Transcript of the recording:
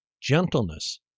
gentleness